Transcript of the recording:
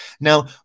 Now